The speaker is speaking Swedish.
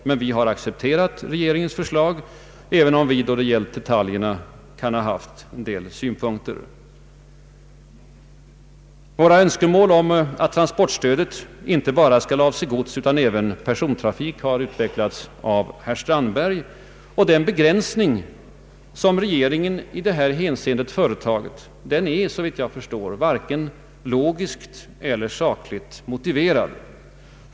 Men vi har accepterat regeringens förslag, även om vi då det gällde detaljerna kan ha haft en del synpunkter. Våra önskemål om att transportstödet inte bara skall avse godsutan även persontrafik har utvecklats av herr Strandberg. Den begränsning regeringen i detta hänseende företagit är varken logiskt eller sakligt motiverad.